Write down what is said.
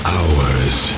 Hours